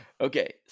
okay